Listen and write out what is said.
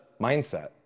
mindset